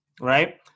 right